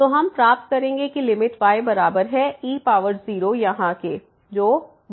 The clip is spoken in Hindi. तो हम प्राप्त करेंगे कि लिमिट y बराबर है e0 यहाँ जो 1 है